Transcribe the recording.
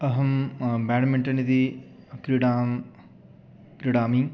अहं ब्याड्मिण्टन् इति क्रिडां क्रिडामि